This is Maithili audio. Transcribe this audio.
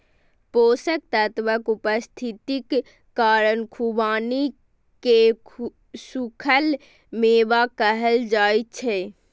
पोषक तत्वक उपस्थितिक कारण खुबानी कें सूखल मेवा कहल जाइ छै